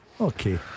Okay